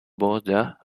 border